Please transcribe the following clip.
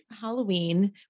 Halloween